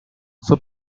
fue